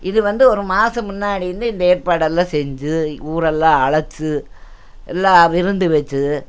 இது வந்து ஒரு மாதம் முன்னாடி இருந்தே இந்த ஏற்பாடெல்லாம் செஞ்சு ஊரெல்லாம் அழைச்சு எல்லா விருந்து வச்சு